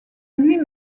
nuit